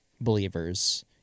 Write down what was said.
believers